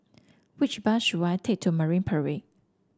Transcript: which bus should I take to Marine Parade